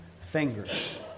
fingers